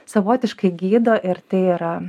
savotiškai gydo ir tai yra